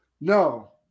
No